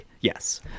Yes